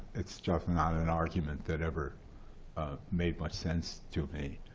it's just not an argument that ever made much sense to me.